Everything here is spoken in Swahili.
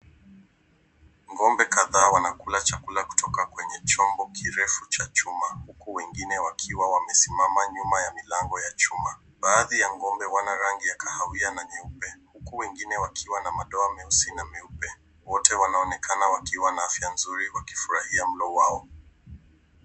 Ng'ombe kadhaa wanakula chakula kutoka kwenye chombo kirefu cha chuma huku wengine wakiwa wamesimama nyuma ya milango ya chuma. Baadhi ya ng'ombe wana rangi ya kahawia na nyeupe, huku wengine wakiwa na madoa meusi na meupe. Wote wanaonekana wakiwa na afya mzuri wakifurahia mlo wao.